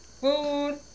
food